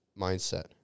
mindset